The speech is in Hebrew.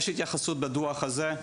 יש התייחסות בדוח הזה,